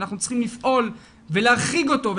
ואנחנו צריכים לפעול ולהחריג אותו,